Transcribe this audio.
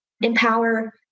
empower